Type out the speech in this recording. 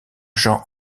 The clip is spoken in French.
jean